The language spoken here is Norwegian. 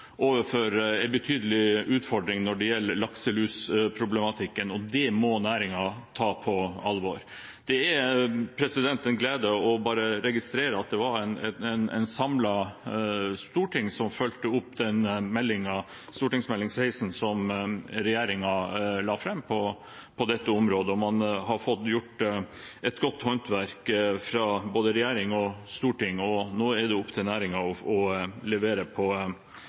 overfor en betydelig utfordring når det gjelder lakselusproblematikken – og det må næringen ta på alvor. Det er en glede å registrere at det var et samlet storting som fulgte opp Meld. St. 16 for 2014–2015, som regjeringen la fram på dette området, og både regjeringen og Stortinget har gjort et godt håndverk. Nå er det opp til næringen å levere på